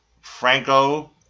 Franco